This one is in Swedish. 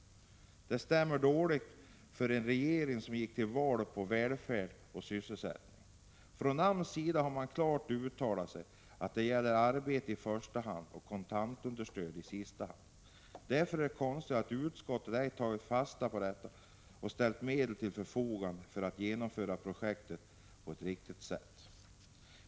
Det överensstämmer inte särskilt bra med de löften om välfärd och sysselsättning som regeringen gav under valrörelsen. Från AMS sida har man klart uttalat sig för arbete i första hand och kontant understöd i andra hand. Det är konstigt att utskottet inte tagit fasta på detta och föreslagit att medel skulle ställas till förfogande för att genomföra projektet på ett riktigt sätt.